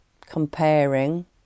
comparing